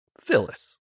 Phyllis